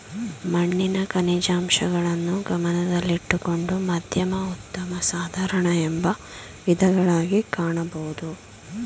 ಮಣ್ಣಿನ ಖನಿಜಾಂಶಗಳನ್ನು ಗಮನದಲ್ಲಿಟ್ಟುಕೊಂಡು ಮಧ್ಯಮ ಉತ್ತಮ ಸಾಧಾರಣ ಎಂಬ ವಿಧಗಳಗಿ ಕಾಣಬೋದು